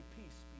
peace